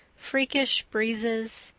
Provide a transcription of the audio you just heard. freakish breezes,